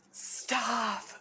Stop